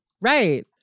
right